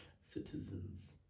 citizens